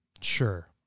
sure